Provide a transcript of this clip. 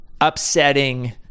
upsetting